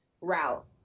route